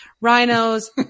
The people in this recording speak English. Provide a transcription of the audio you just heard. Rhinos